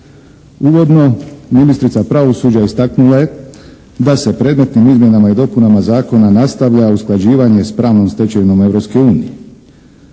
Uvodno ministrica pravosuđa istaknula je da se predmetnim izmjenama i dopunama zakona nastavlja usklađivanje s pravnom stečevinom